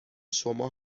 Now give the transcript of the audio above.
شما